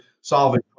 solving